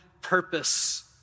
purpose